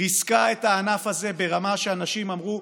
ריסקה את הענף הזה ברמה שאנשים אמרו: